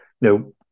No